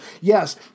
yes